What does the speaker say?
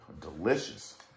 Delicious